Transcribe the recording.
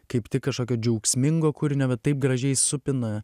kaip tik kažkokio džiaugsmingo kūrinio bet taip gražiai supina